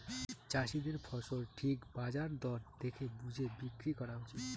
চাষীদের ফসল ঠিক বাজার দর দেখে বুঝে বিক্রি করা উচিত